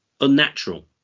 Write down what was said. unnatural